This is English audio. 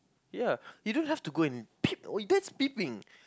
ya you don't have to go and peep oh that's peeping